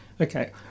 Okay